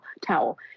towel